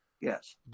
Yes